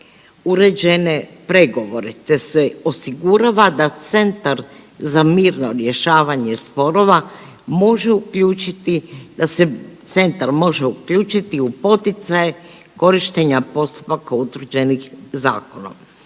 uređene pregovore te se osigurava da centar za mirno rješavanje sporova može uključiti, da se centar može uključiti u poticaje korištenja postupaka utvrđenih zakonom.